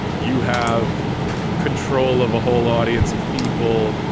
you have control of a whole audience of people.